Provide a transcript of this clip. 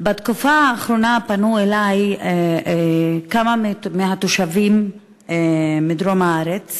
בתקופה האחרונה פנו אלי כמה תושבים מדרום הארץ